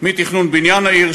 מתכנון בניין העיר,